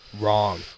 wrong